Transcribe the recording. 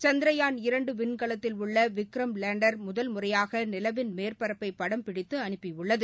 சந்த்ரயான் இரண்டுவிண்கலத்தில் உள்ளவிக்ரம் லேண்டர் முறையாகநிலவின் முதல் மேற்பரப்பைபடம் பிடித்துஅனுப்பியுள்ளது